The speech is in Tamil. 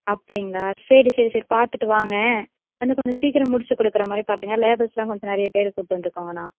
அப்படிங்களா சரி சரி சரி பார்த்துட்டு வாங்க வந்து கொஞ்சம் சீக்கிரம் முடிச்சு கொடுக்கற மாதிரி பார்த்துங்க லேபர்ஸ்லாம் கொஞ்சம் நிறைய பேர் கூப்பிட்டு வந்துக்கோங்கண்ணா